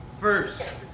First